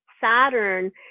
Saturn